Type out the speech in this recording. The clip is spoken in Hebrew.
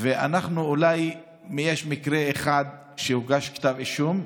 ואולי יש מקרה אחד שהוגש בו כתב אישום,